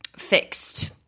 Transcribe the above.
fixed